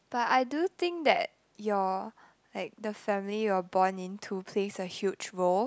but I do think that your like the family you are born into plays a huge role